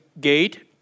gate